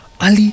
Ali